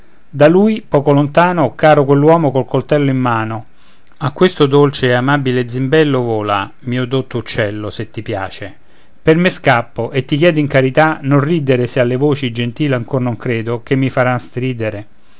da lui poco lontano caro quell'uomo col coltello in mano a questo dolce e amabile zimbello vola mio dotto uccello se ti piace per me scappo e ti chiedo in carità non ridere se alle voci gentili ancor non credo che mi faranno stridere